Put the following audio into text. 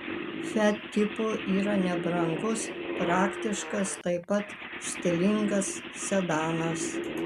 fiat tipo yra nebrangus praktiškas taip pat stilingas sedanas